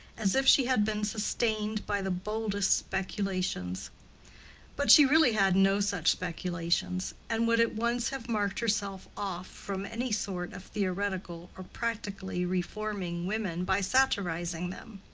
as if she had been sustained by the boldest speculations but she really had no such speculations, and would at once have marked herself off from any sort of theoretical or practically reforming women by satirizing them.